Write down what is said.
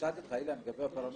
שאלתי אותך אילן לגבי הפרמטרים.